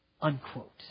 Unquote